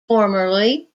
formerly